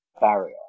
barrier